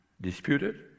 disputed